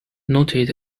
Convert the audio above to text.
noted